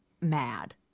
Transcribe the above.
mad